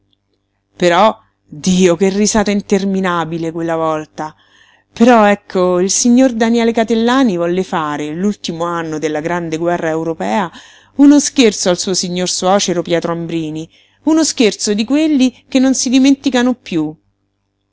interminabile quella volta però ecco il signor daniele catellani volle fare l'ultimo anno della grande guerra europea uno scherzo al suo signor suocero pietro ambrini uno scherzo di quelli che non si dimenticano piú